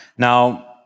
Now